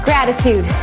Gratitude